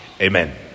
Amen